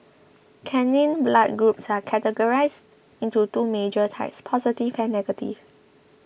canine blood groups are categorised into two major types positive and negative